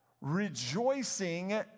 Rejoicing